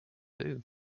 bamboo